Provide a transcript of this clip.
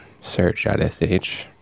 Search.sh